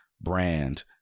brand